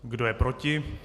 Kdo je proti?